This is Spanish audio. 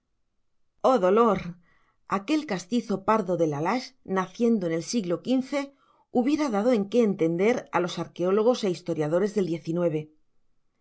oh dolor aquel castizo pardo de la lage naciendo en el siglo xv hubiera dado en qué entender a los arqueólogos e historiadores del